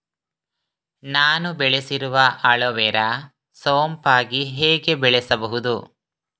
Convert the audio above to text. ನಾನು ಬೆಳೆಸಿರುವ ಅಲೋವೆರಾ ಸೋಂಪಾಗಿ ಹೇಗೆ ಬೆಳೆಸಬಹುದು?